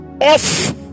off